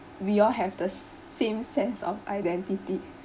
we all have the s~ same sense of identity